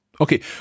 Okay